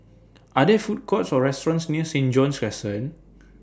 Are There Food Courts Or restaurants near Saint John's Crescent